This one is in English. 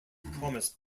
promised